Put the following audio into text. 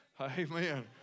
Amen